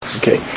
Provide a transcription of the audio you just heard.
Okay